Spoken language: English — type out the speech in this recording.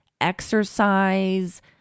exercise